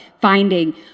finding